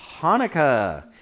Hanukkah